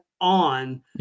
on